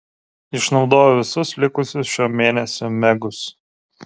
išnaudojau visus likusius šio mėnesio megus